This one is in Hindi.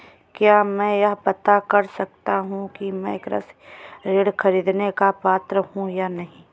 क्या मैं यह पता कर सकता हूँ कि मैं कृषि ऋण ख़रीदने का पात्र हूँ या नहीं?